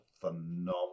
phenomenal